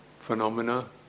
phenomena